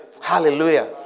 Hallelujah